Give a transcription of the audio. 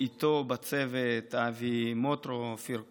איתו בצוות: אבי מוטרו, אופיר כהן,